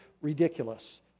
ridiculous